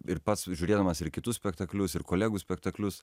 ir pats žiūrėdamas ir kitus spektaklius ir kolegų spektaklius